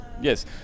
Yes